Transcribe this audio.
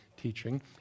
teaching